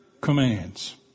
commands